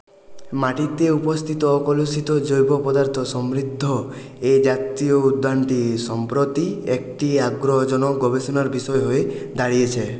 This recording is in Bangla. মাটিতে উপস্থিত অকলুষিত জৈব পদার্থ সমৃদ্ধ এই জাতীয় উদ্যানটি সম্প্রতি একটি আগ্রহজনক গবেষণার বিষয় হয়ে দাঁড়িয়েছে